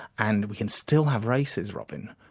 and we can still have races, robyn,